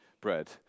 bread